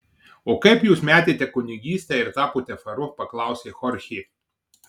o kaip jūs metėte kunigystę ir tapote faru paklausė chorchė